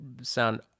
sound